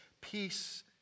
peace